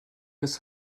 des